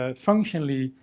ah functionally.